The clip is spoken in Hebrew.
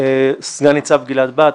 סגן ניצב גלעד בהט,